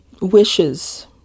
Wishes